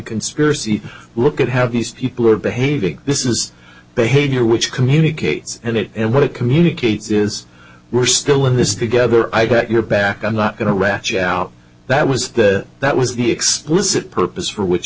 conspiracy look at have these people are behaving this is behavior which communicates and it what it communicates is we're still in this together i've got your back i'm not going to retch out that was that that was the explicit purpose for which